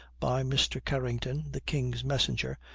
by mr. carrington, the king's messenger,